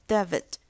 David